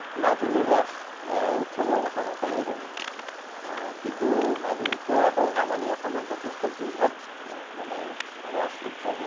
মাজুলীৰ ৰাস উৎসৱৰ কথা সকলোৱে জানে কিন্তু মাজুলীতকৈ আকৌ নামনি অসমত যথেষ্ট বৃহৎ মানে ৰাস উৎসৱ হয়